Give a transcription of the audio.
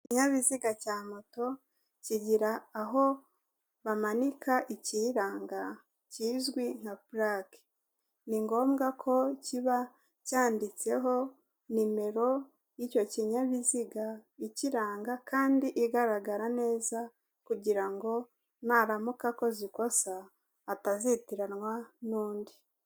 Ikinyabiziga cya moto kigira aho bamanika ikiyiranga kizwi nka purake, ni ngombwa ko kiba cyanditseho nimero y'icyo kinyabiziga ikiranga kandi igaragara neza kugira ngo naramuka akoze ikosa atazitiranwa n'undi.